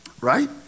Right